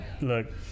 look